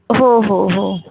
हो हो हो